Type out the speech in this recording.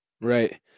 Right